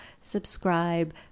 subscribe